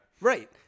Right